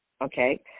okay